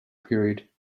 period